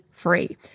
free